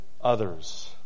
others